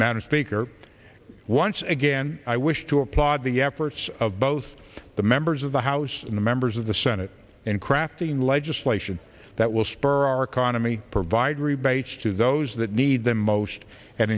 matters speaker once again i wish to applaud the efforts of both the members of the house and the members of the senate in crafting legislation that will spur our economy provide rebates to those that need them most and